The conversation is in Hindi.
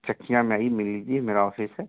चकिया में ही मिल लीजिए मेरा ऑफ़िस है